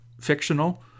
fictional